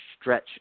stretch